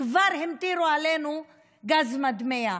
כבר המטירו עלינו גז מדמיע.